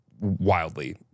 wildly